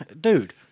dude